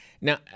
Now